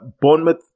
Bournemouth